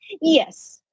Yes